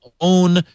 own